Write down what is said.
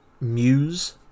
muse